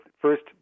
first